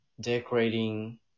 decorating